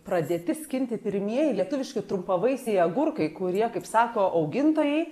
pradėti skinti pirmieji lietuviški trumpavaisiai agurkai kurie kaip sako augintojai